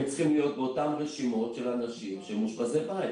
הם צריכים להיות באותם רשימות של אנשים שמאושפזי בית.